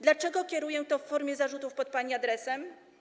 Dlaczego kieruję to w formie zarzutów pod pani adresem?